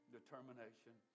determination